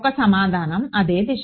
ఒక సమాధానం అదే దిశ